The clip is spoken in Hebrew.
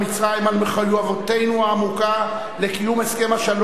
על מחויבותנו העמוקה לקיום הסכם השלום,